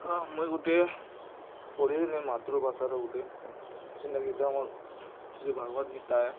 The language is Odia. ହଁ ମୁଇଁ ଗୁଟିଏ ପଢ଼ିଥିଲି ମାତୃଭାଷାର ଗୁଟେ ଯେନ୍ତା କି ଏଇଟା ଆମର୍ ସେ ଯେଉଁ ଭାଗବତ ଗୀତା